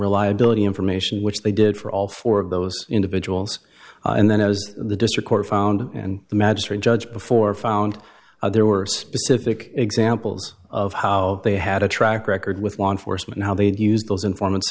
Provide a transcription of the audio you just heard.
reliability information which they did for all four of those individuals and then as the district court found and the magistrate judge before found there were specific examples of how they had a track record with law enforcement how they'd use those informants